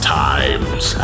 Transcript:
times